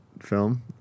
film